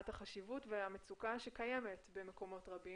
החשיבות והמצוקה שקיימת במקומות רבים,